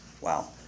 wow